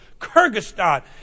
Kyrgyzstan